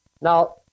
Now